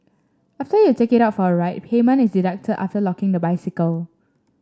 after you take it out for a ride payment is deducted after locking the bicycle